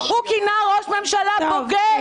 הוא כינה ראש ממשלה בוגד.